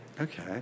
Okay